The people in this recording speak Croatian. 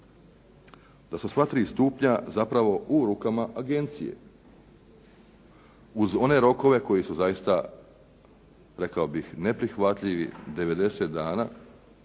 da su sva tri stupnja zapravo u rukama agencije uz one rokove koji su zaista rekao bih neprihvatljivi 10 dana